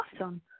awesome